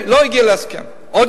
הוא הציע, אוקיי.